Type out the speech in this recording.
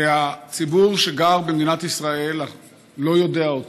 הציבור שגר במדינת ישראל לא יודע אותו,